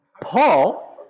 paul